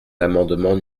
l’amendement